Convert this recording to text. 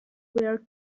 were